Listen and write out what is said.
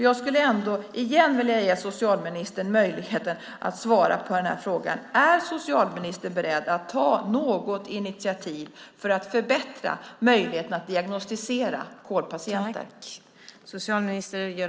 Jag skulle igen vilja ge socialministern möjligheten att svara på frågan: Är socialministern beredd att ta något initiativ för att förbättra möjligheten att diagnostisera KOL-patienter?